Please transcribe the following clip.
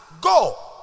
Go